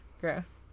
Gross